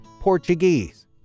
Portuguese